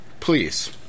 Please